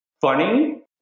funny